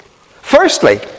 Firstly